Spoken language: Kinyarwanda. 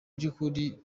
by’ukuri